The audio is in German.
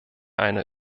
eine